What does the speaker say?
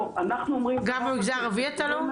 לא, אנחנו אומרים --- גם במגזר הערבי אתה לא?